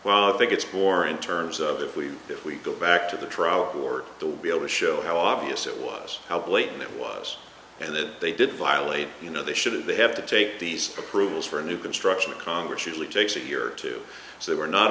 well i think it's more in terms of if we if we go back to the trial or the will be able to show how obvious it was how blatant it was and that they did file a you know they shouldn't they have to take these approvals for a new construction in congress usually takes a year or two so they were not